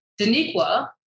Daniqua